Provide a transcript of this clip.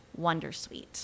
wondersuite